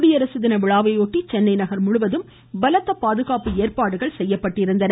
குடியரசு தின விழாவையொட்டி சென்னை நகர் முழுவதும் பலத்த பாதுகாப்பு ஏற்பாடுகள் செய்யப்பட்டுள்ளன